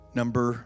number